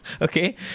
Okay